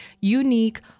unique